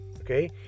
Okay